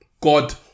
God